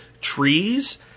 trees